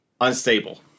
unstable